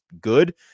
good